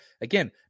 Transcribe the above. again